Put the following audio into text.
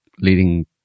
leading